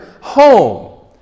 home